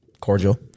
cordial